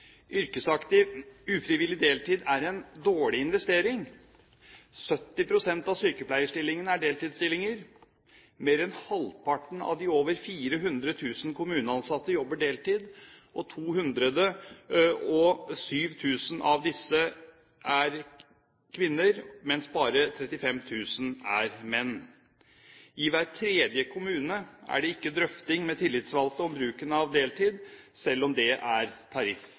Ufrivillig deltid er en dårlig investering. 70 pst. av sykepleierstillingene er deltidsstillinger. Mer enn halvparten av de over 400 000 kommuneansatte jobber deltid. 207 000 av disse er kvinner, mens bare 35 000 er menn. I hver tredje kommune er det ikke drøfting med tillitsvalgte om bruken av deltid, selv om det er